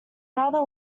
rather